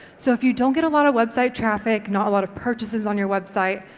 so if you don't get a lot of website traffic, not a lot of purchases on your website,